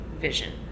vision